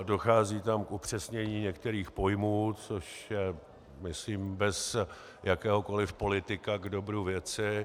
Dochází tam k upřesnění některých pojmů, což je myslím bez jakéhokoliv politika k dobru věci.